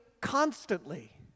constantly